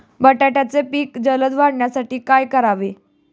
बटाट्याचे पीक जलद वाढवण्यासाठी काय करावे?